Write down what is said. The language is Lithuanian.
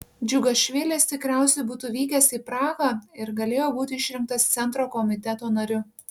džiugašvilis tikriausiai būtų vykęs į prahą ir galėjo būti išrinktas centro komiteto nariu